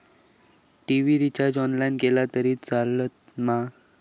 TV recharge online केला तरी चलात मा?